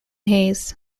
hayes